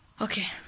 Okay